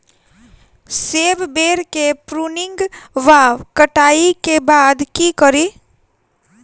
सेब बेर केँ प्रूनिंग वा कटाई केँ बाद की करि?